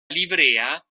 livrea